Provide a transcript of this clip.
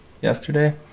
yesterday